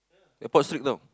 airport sleep now